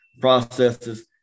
processes